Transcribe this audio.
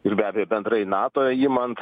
ir be abejo bendrai nato imant